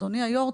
אדוני היו"ר,